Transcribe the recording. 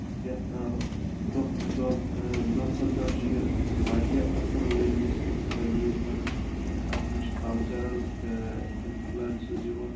یَتھ دۄہ دۄہ دۄہ کھۄتہٕ دۄہ چھِ یہِ واریاہ اَصٕل لِنٛگوِسٹِک لینٛگویج بَنان اَتھ منٛز چھُ کَلچُرَل اِنفلسنٕس یِوَان